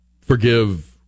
forgive